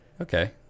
okay